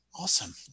Awesome